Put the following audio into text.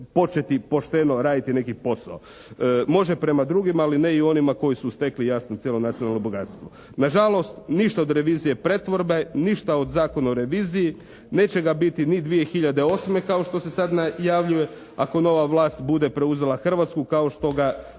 početi pošteno raditi neki posao. Može prema drugima, ali ne i onima koji su stekli jasno cijelo nacionalno bogatstvo. Na žalost ništa od revizije pretvorbe, ništa o Zakonu o reviziji. Neće ga biti ni 2008. kao što se sad najavljuje. Ako ova vlast bude preuzela Hrvatsku kao što ga